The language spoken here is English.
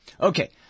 Okay